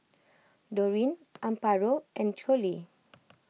Dorine Amparo and Coley